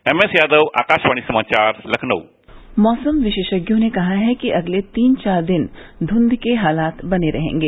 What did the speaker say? M S Yadav Akashvani समाचार लखनऊ मौसम विशेषज्ञों ने कहा है कि अगले तीन चार दिन धुंध के हालात बने रहेंगे